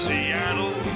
Seattle